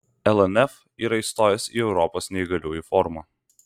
lnf yra įstojęs į europos neįgaliųjų forumą